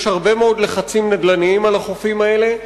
יש הרבה מאוד לחצים נדל"ניים על החופים האלה.